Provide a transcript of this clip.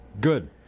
good